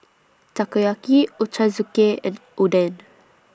Takoyaki Ochazuke and Oden